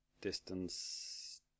Distance